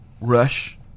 rush